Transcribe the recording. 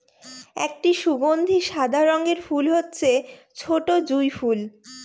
একটি সুগন্ধি সাদা রঙের ফুল হচ্ছে ছোটো জুঁই ফুল